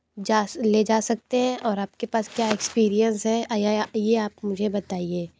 ले जा सकते हैं और आप के पास क्या एक्सपीरियंस है ये आप मुझे बताइये